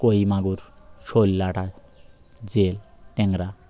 কই মাগুর শৈলাটা জেল টেঙ্গরা